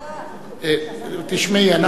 עם הגיל,